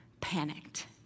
panicked